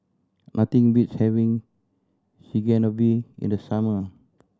nothing beats having Chigenabe in the summer